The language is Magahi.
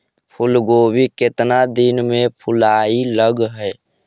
फुलगोभी केतना दिन में फुलाइ लग है?